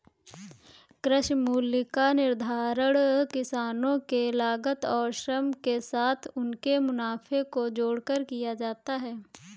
कृषि मूल्य का निर्धारण किसानों के लागत और श्रम के साथ उनके मुनाफे को जोड़कर किया जाता है